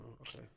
okay